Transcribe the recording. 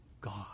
God